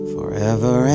Forever